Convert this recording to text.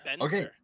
Okay